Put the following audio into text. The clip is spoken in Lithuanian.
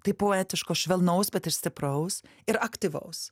tai poetiško švelnaus bet ir stipraus ir aktyvaus